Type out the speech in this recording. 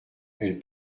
elle